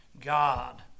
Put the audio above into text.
God